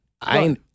I-